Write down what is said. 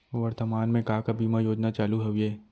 वर्तमान में का का बीमा योजना चालू हवये